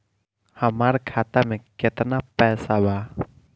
हमार खाता मे केतना पैसा बा?